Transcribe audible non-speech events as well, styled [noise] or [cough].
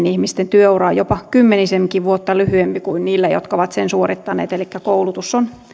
[unintelligible] ihmisten työura on jopa kymmenisenkin vuotta lyhyempi kuin niillä jotka ovat sen suorittaneet elikkä koulutus on